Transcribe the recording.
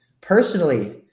personally